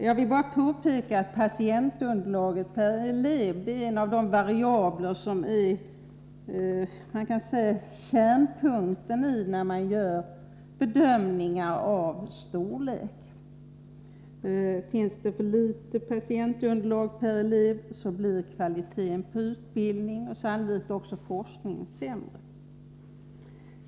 Jag vill bara påpeka att patientunderlaget per elev är en av de variabler som är kärnpunkten vid storleksbedömningar. Finns det för litet patientunderlag per elev blir kvaliteten på utbildningen och sannolikt också forskningen sämre.